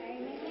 Amen